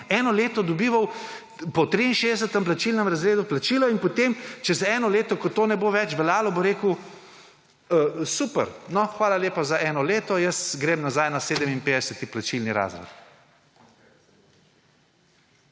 eno leto dobil po 63. plačilnem razredu plačilo in potem čez eno leto, ko to ne bo več veljalo bo rekel super, hvala lepa za eno leto, jaz grem nazaj na 57. plačilni razred?